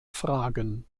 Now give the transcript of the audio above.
fragen